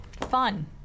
fun